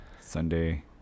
Sunday